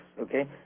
okay